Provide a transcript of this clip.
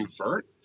convert